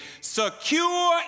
secure